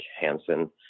Hansen